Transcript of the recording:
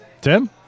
Tim